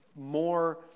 more